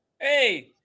hey